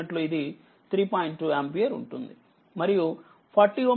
2 ampere ఉంటుంది మరియు 40Ω ద్వారా కరెంట్ 0